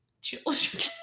children